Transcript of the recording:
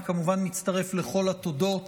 אני כמובן מצטרף לכל התודות